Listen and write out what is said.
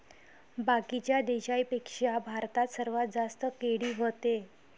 बाकीच्या देशाइंपेक्षा भारतात सर्वात जास्त केळी व्हते